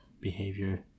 behavior